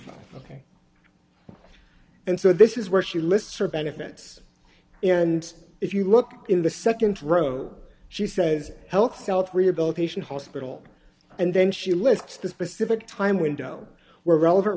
dollars ok and so this is where she lists for benefits and if you look in the nd row she says health health rehabilitation hospital and then she lists the specific time window where relevant